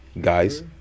guys